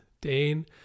Dane